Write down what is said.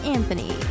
Anthony